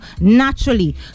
naturally